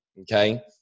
okay